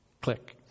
Click